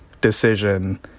decision